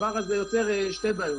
הדבר הזה יוצר שתי בעיות.